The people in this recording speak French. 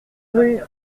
route